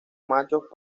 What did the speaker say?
machos